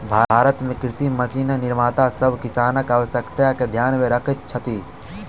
भारत मे कृषि मशीन निर्माता सभ किसानक आवश्यकता के ध्यान मे रखैत छथि